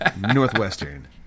Northwestern